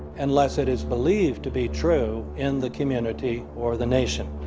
unless it is believed to be true in the community or the nation.